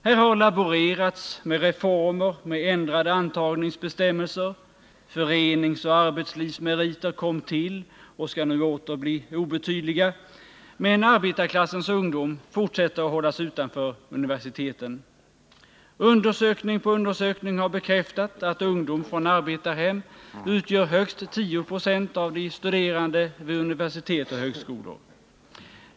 Här har laborerats med reformer som innebär ändrade antagningsbestämmelser — föreningsoch arbetslivsmeriter kom till och skall nu åter bli obetydliga — men arbetarklassens ungdom hålls fortfarande utanför universiteten. Undersökning på undersökning har bekräftat att ungdom från arbetarhem utgör högst 10 96 av de studerande vid universitet och högskolor.